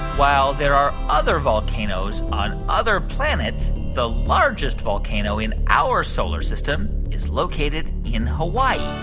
while there are other volcanoes on other planets, the largest volcano in our solar system is located in hawaii?